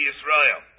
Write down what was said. Israel